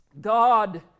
God